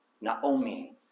Naomi